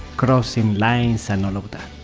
crossing lines and all of that.